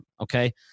okay